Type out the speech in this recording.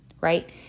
right